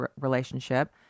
relationship